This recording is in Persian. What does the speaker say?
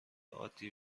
عادی